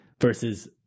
versus